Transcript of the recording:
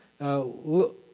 Look